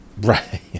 Right